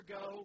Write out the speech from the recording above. go